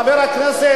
חבר הכנסת,